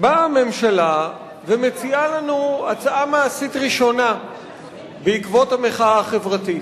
באה הממשלה ומציעה לנו הצעה מעשית ראשונה בעקבות המחאה החברתית,